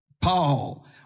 Paul